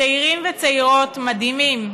צעירים וצעירות מדהימים,